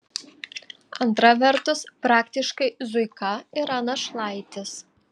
antra vertus praktiškai zuika yra našlaitis